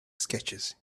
sketches